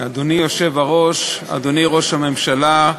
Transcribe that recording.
אדוני היושב-ראש, אדוני ראש הממשלה,